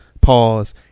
pause